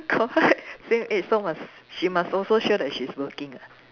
correct same age so must she must also ensure that she's working ah